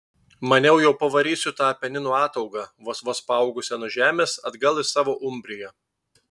maniau jau pavarysiu tą apeninų ataugą vos vos paaugusią nuo žemės atgal į savo umbriją